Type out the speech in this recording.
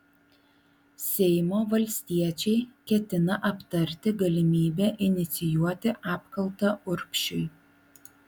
seimo valstiečiai ketina aptarti galimybę inicijuoti apkaltą urbšiui